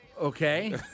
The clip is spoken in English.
Okay